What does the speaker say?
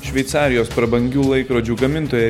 šveicarijos prabangių laikrodžių gamintoja